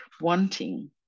wanting